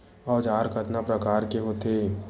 औजार कतना प्रकार के होथे?